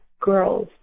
girls